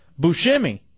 Bushimi